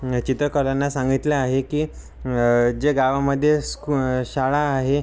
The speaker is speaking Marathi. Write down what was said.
चित्रकलांना सांगितले आहे की जे गावामध्ये स्कू शाळा आहे